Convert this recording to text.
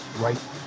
right